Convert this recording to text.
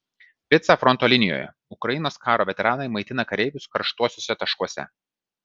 pica fronto linijoje ukrainos karo veteranai maitina kareivius karštuosiuose taškuose